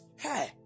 Hey